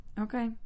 Okay